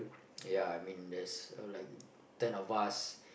ya I mean there's uh like ten of us